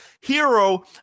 Hero